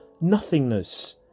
nothingness